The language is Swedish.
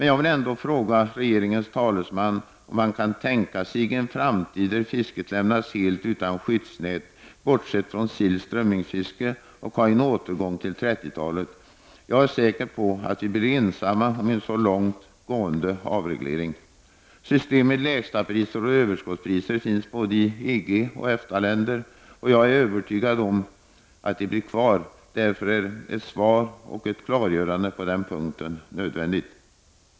Jag vill ändå fråga regeringens talesman, om man kan tänka sig en framtid där fisket lämnas helt utan skyddsnät, bortsett från silloch strömmingsfiske, med en återgång till 30-talets förhållanden. Jag är säker på att Sverige blir ensamt om en så långt gående avreglering. System med lägstapriser och överskottspriser finns i både EG och EFTA-länder, och jag är övertygad om att de blir kvar. Därför är ett svar och ett klargörande på den punkten nödvändiga.